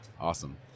awesome